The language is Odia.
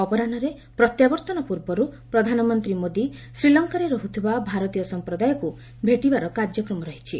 ଅପରାହୁରେ ପ୍ରତ୍ୟାବର୍ତ୍ତନ ପୂର୍ବରୁ ପ୍ରଧାନମନ୍ତ୍ରୀ ମୋଦି ଶ୍ରୀଲଙ୍କାରେ ରହୁଥିବା ଭାରତୀୟ ସମ୍ପ୍ରଦାୟଙ୍କୁ ଭେଟିବାର କାର୍ଯ୍ୟକ୍ରମ ରହିଛି